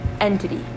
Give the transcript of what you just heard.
entity